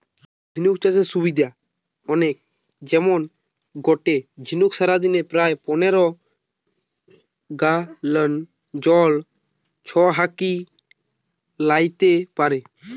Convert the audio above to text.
ঝিনুক চাষের সুবিধা অনেক যেমন গটে ঝিনুক সারাদিনে প্রায় পনের গ্যালন জল ছহাকি লেইতে পারে